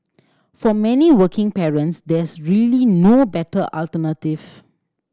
for many working parents there's really no better alternative